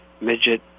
midget